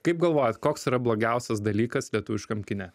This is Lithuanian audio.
kaip galvojat koks yra blogiausias dalykas lietuviškam kine